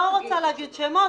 אני לא רוצה לציין את השמות,